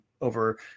over